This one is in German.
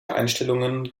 einstellungen